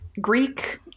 Greek